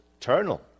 eternal